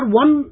one